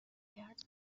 کرد